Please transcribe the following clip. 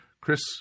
Chris